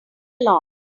along